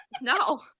no